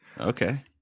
okay